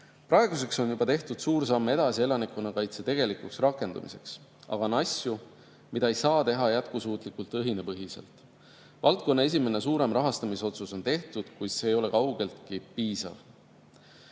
Praeguseks on juba tehtud suur samm edasi elanikkonnakaitse tegelikuks rakendumiseks. Aga on asju, mida ei saa jätkusuutlikult teha õhinapõhiselt. Valdkonna esimene suurem rahastamisotsus on tehtud, kuid see ei ole kaugeltki piisav.